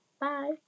bye